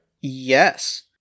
Yes